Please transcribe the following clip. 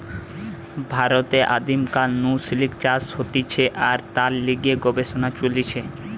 ভারতে আদিম কাল নু সিল্ক চাষ হতিছে আর তার লিগে গবেষণা চলিছে